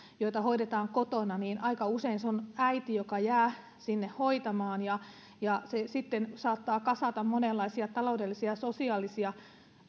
joita hoidetaan kotona aika usein se on äiti joka jää sinne hoitamaan ja ja se sitten saattaa kasata monenlaisia taloudellisia ja sosiaalisia